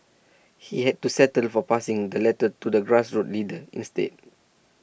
he had to settle for passing the letter to a grassroots leader instead